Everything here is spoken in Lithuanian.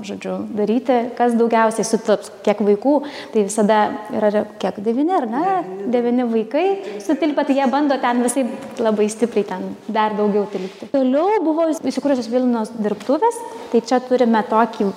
žodžiu daryti kas daugiausiai sutilps kiek vaikų tai visada yra rek kiek devyni ar ne devyni vaikai sutilpę tai jie bando ten visaip labai stipriai ten dar daugiau tilpti toliau buvo įsikūrusios vilnos dirbtuvės tai čia turime tokį